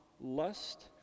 lust